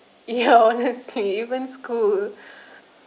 ya honestly even school